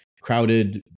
crowded